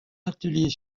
atelier